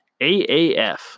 AAF